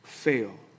fail